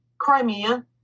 Crimea